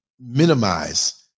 minimize